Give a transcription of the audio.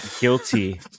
guilty